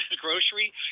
grocery